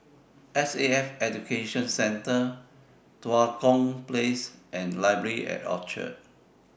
S A F Education Centre Tua Kong Place and Library At Orchard